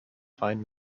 find